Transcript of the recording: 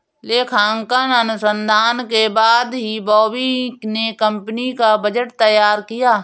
लेखांकन अनुसंधान के बाद ही बॉबी ने कंपनी का बजट तैयार किया